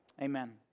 Amen